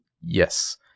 yes